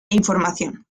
información